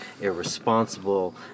irresponsible